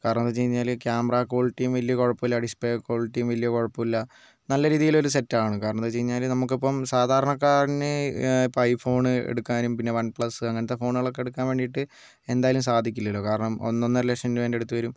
കാരണം എന്താണ് വെച്ച് കഴിഞ്ഞാൽ ക്യാമറ ക്വാളിറ്റിയും വലിയ കുഴപ്പമില്ല ഡിസ്പ്ലേ ക്വാളിറ്റിയും വലിയ കുഴപ്പമില്ല നല്ല രീതിയിലൊരു സെറ്റ് ആണ് കാരണം എന്താണെന്ന് വെച്ച് കഴിഞ്ഞാൽ നമുക്കിപ്പം സാധരണക്കാരന് ഇപ്പം ഐ ഫോൺ എടുക്കാനും പിന്നെ വൺപ്ലസ് അങ്ങനത്തെ ഫോണുകളൊക്കെ എടുക്കാൻ വേണ്ടിയിട്ട് എന്തായാലും സാധിക്കില്ലല്ലോ കാരണം ഒന്ന് ഒന്നര ലക്ഷം രൂപേന്റെ അടുത്ത് വരും